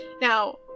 Now